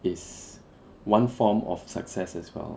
is one form of success as well